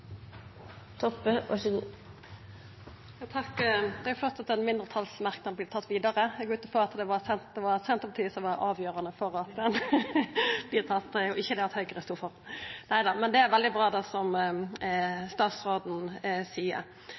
at ein mindretalsmerknad vert tatt vidare. Eg går ut frå at det var Senterpartiet som var avgjerande for det, og ikkje det at Høgre stod fram. Det er veldig bra, det som statsråden seier.